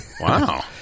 Wow